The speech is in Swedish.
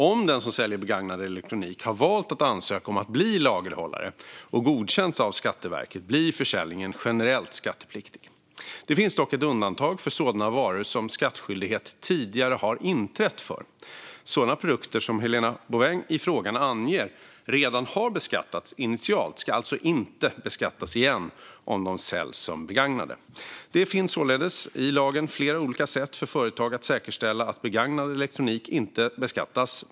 Om den som säljer begagnad elektronik har valt att ansöka om att bli lagerhållare och godkänts av Skatteverket blir försäljningen generellt skattepliktig. Det finns dock ett undantag för sådana varor som skattskyldighet tidigare har inträtt för. Sådana produkter som Helena Bouveng i frågan anger redan har beskattats initialt ska alltså inte beskattas igen om de säljs som begagnade. Det finns således i lagen flera olika sätt för företag att säkerställa att begagnad elektronik inte beskattas.